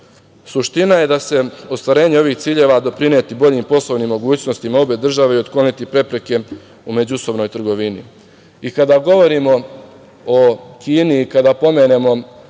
rizika. Suština je da će ostvarenje ovih ciljeva doprineti boljim poslovnim mogućnostima obe države i otkloniti prepreke u međusobnoj trgovini.I kada govorimo o Kini i kada pomenemo